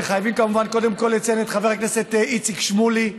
וחייבים כמובן קודם כול לציין את חבר הכנסת איציק שמולי: